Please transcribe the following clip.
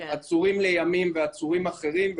עצורים לימים ועצורים אחרים,